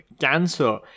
cancer